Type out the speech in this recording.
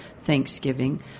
Thanksgiving